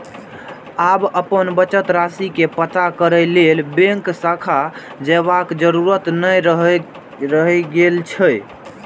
आब अपन बचत राशि के पता करै लेल बैंक शाखा जयबाक जरूरत नै रहि गेल छै